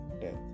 death